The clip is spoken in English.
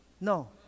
No